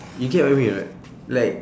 you get what I mean or not like